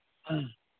ꯎꯝ